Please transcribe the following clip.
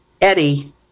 eddie